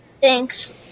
Thanks